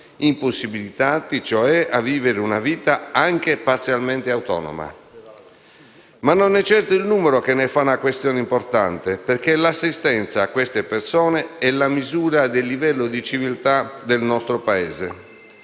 impossibilitati cioè a vivere una vita anche parzialmente autonoma. Non è certo il numero che ne fa una questione importante, perché l'assistenza a queste persone è la misura del livello di civiltà del nostro Paese.